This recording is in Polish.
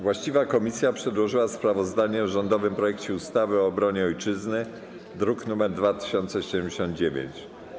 Właściwa komisja przedłożyła sprawozdanie o rządowym projekcie ustawy o obronie Ojczyzny, druk nr 2079.